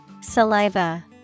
Saliva